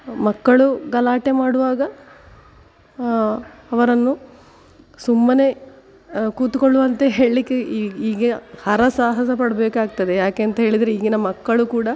ಮಕ್ಕಳು ಗಲಾಟೆ ಮಾಡುವಾಗ ಅವರನ್ನು ಸುಮ್ಮನೆ ಕೂತುಕೊಳ್ಳುವಂತೆ ಹೇಳಲಿಕ್ಕೆ ಈಗ ಈಗ ಹರಸಾಹಸ ಪಡಬೇಕಾಗ್ತದೆ ಯಾಕೆ ಅಂತ ಹೇಳಿದರೆ ಈಗಿನ ಮಕ್ಕಳು ಕೂಡ